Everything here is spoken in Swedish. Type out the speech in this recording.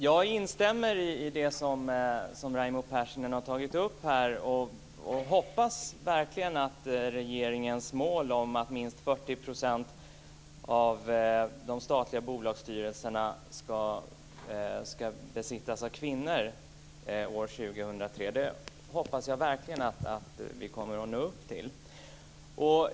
Jag instämmer i det som Raimo Pärssinen har tagit upp här och hoppas verkligen att vi kommer att nå upp till regeringens mål att minst 40 % av posterna i de statliga bolagsstyrelserna ska besittas av kvinnor år 2003.